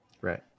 Right